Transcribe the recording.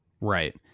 Right